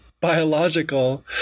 biological